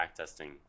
backtesting